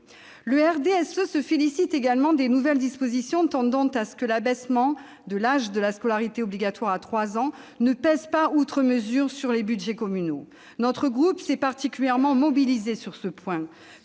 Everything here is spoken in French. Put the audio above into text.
Le RDSE se félicite également des nouvelles dispositions tendant à ce que l'abaissement de l'âge de la scolarité obligatoire à 3 ans ne pèse pas, outre mesure, sur les budgets communaux. Notre groupe s'est particulièrement mobilisé sur ce point.